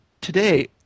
today